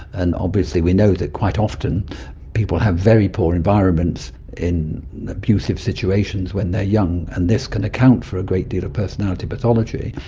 and obviously we know that quite often people have very poor environments in abusive situations when they are young and this can account for a great deal of personality pathology.